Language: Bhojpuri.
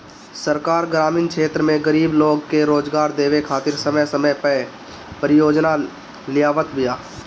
सरकार ग्रामीण क्षेत्र में गरीब लोग के रोजगार देवे खातिर समय समय पअ परियोजना लियावत बिया